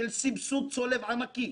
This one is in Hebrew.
של סבסוד צולב ענקי,